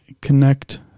connect